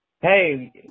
Hey